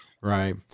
right